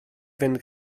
fynd